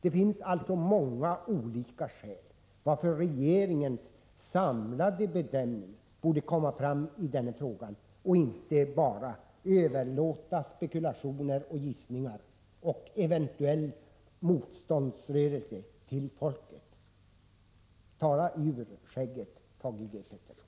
Det finns alltså många skäl till att regeringens samlade bedömning borde komma fram. Regeringen borde inte lämna fältet fritt för spekulationer och gissningar i denna fråga och bara överlåta en eventuell motståndsrörelse till folket. Tala ur skägget, Thage G. Peterson!